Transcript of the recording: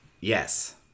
Yes